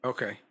Okay